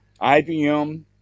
IBM